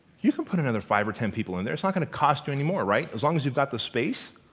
you can put another five or ten people in there, it's not going to cost you any more, right? as long as you've got the space